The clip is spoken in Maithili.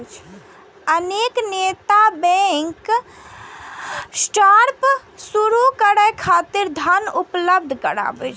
अनेक नैतिक बैंक स्टार्टअप शुरू करै खातिर धन उपलब्ध कराबै छै